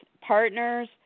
partners